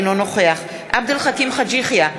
אינו נוכח עבד אל חכים חאג' יחיא,